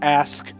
ask